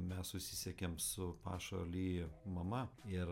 mes susisiekėm su paša ly mama ir